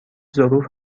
ظروف